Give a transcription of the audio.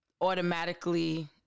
automatically